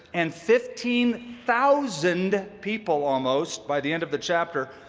and fifteen thousand people, almost, by the end of the chapter,